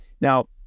Now